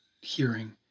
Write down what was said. hearing